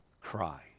cry